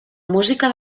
música